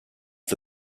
for